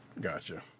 Gotcha